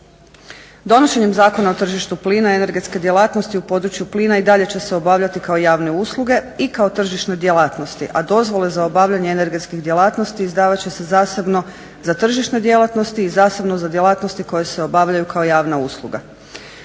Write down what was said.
Donošenjem Zakona o tržištu plina energetska djelatnosti u području plina i dalje će se obavljati kao javne usluge i kao tržišne djelatnosti, a dozvole za obavljanje energetskih djelatnosti izdavat će se zasebno za tržišne djelatnosti i zasebno za djelatnosti koje se obavljaju kao javna usluga.